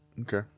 Okay